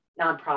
nonprofit